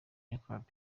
nyakubahwa